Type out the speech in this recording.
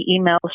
emails